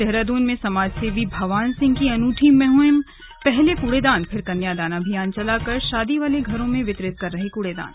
देहरादून में समाजसेवी भवान सिंह की अनूठी मुहिमपहले कूड़ादान फिर कन्यादान अभियान चलाकर शादी वाले घरों में वितरित कर रहे कूड़ादान